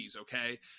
okay